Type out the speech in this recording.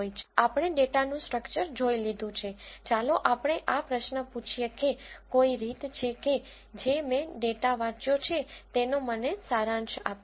આપણે ડેટાનું સ્ટ્રક્ચર જોઇ લીધું છે ચાલો આપણે આ પ્રશ્ન પૂછીએ કે કોઈ રીત છે કે જે મેં ડેટા વાંચ્યો છે તેનો મને સારાંશ આપે